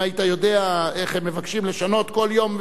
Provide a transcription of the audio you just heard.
אם היית יודע איך הם מבקשים לשנות כל יום,